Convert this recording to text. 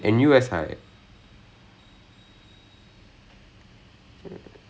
I mean okay I mean I call him thambi but is more like my cousin brother